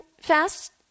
fast